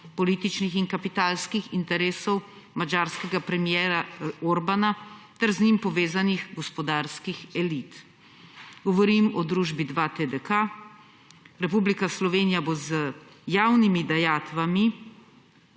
in kapitalskih interesov madžarskega premierja Orbana ter z njim povezanih gospodarskih elit. Govorim o družbi 2TDK. Republika Slovenija bo z javnimi dajatvami,